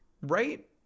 right